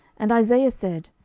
and isaiah said,